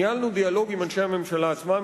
ניהלנו דיאלוג עם אנשי הממשלה עצמם,